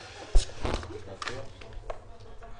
תודה שקיבלתם כדי לדון בזה על הבוקר.